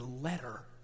letter